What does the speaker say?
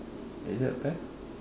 is it a pair